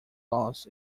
laws